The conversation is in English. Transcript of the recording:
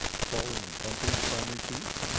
falling and bumping the primary tooth.